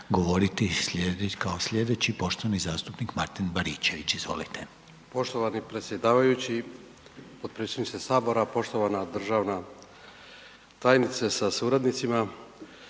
govoriti kao slijedeći poštovani zastupnik Martin Baričević, izvolite. **Baričević, Martin (HDZ)** Poštovani predsjedavajući, potpredsjedniče sabora, poštovana državna tajnice sa suradnicima.